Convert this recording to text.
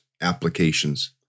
applications